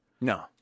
no